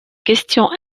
questions